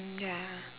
mm ya